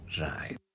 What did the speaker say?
Right